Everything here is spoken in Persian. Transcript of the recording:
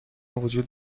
وجود